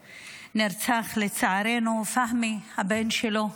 שנרצח, לצערנו, פהמי, הבן שלו,